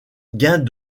gains